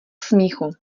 smíchu